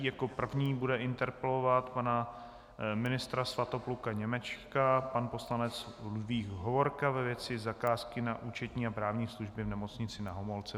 Jako první bude interpelovat pana ministra Svatopluka Němečka pan poslanec Ludvík Hovorka, ve věci zakázky na účetní a právní služby v Nemocnici Na Homolce.